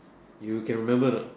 you can remember or not